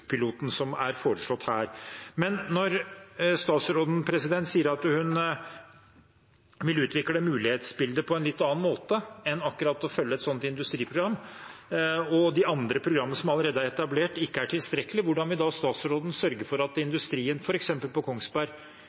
som er foreslått her. Når statsråden sier at hun vil utvikle mulighetsbildet på en litt annen måte enn akkurat å følge en slikt industriprogram, og de andre programmene som allerede er etablert, ikke er tilstrekkelig, hvordan vil statsråden da sørge for at industrien f.eks. på Kongsberg